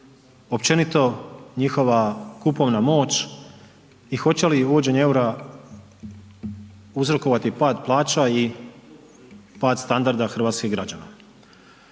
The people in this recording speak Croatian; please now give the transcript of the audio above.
općenito njihova kupovna moć i hoće li uvođenje eura uzrokovati pad plaća i pad standarda hrvatskih građana.